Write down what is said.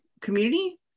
community